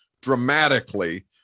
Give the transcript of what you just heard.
dramatically